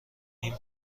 این